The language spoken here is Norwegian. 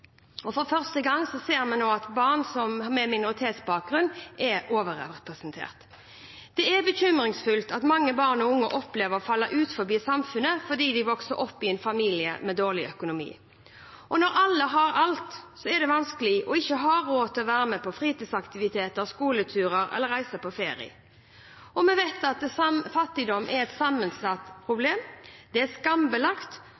og for første gang ser vi nå at barn med minoritetsbakgrunn er overrepresentert. Det er bekymringsfullt at mange barn og unge opplever å falle utenfor samfunnet fordi de vokser opp i en familie med dårlig økonomi. Når alle har alt, er det vanskelig ikke å ha råd til å være med på fritidsaktiviteter, skoleturer eller å reise på ferie. Vi vet at fattigdom er et sammensatt